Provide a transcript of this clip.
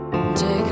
Take